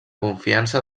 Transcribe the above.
confiança